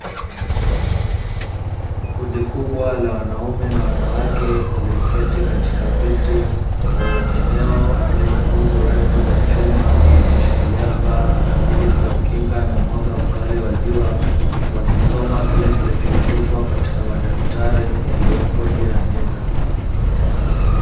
Kundi kubwa la wanaume na wanawake walioketi katika viti, kwenye eneo lenye nguzo refu za chuma zilizoshikilia paa, ili kuwakinga na mwanga mkali wa jua, wakisoma kile kilichoandikwa katika madaftari yaliyopo juu ya meza.